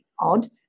odd